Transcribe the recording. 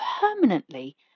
permanently